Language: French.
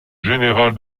général